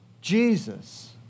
Jesus